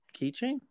keychain